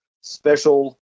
special